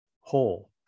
whole